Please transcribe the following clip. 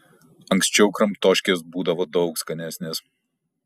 anksčiau kramtoškės būdavo daug skanesnės